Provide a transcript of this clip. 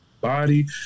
body